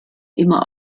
immer